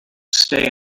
stay